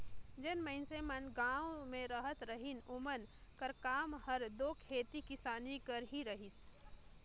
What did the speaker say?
जेन मइनसे मन गाँव में रहत रहिन ओमन कर काम हर दो खेती किसानी कर ही रहिस